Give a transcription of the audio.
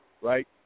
right